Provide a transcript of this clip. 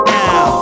now